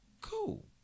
cool